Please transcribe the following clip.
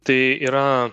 tai yra